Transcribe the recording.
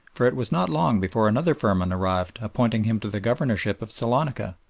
for it was not long before another firman arrived appointing him to the governorship of salonica,